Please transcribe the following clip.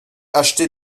acheter